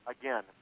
again